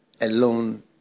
alone